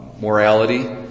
morality